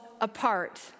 apart